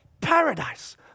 paradise